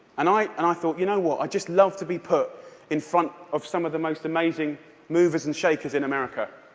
and and i thought, you know what? i'd just love to be put in front of some of the most amazing movers and shakers in america.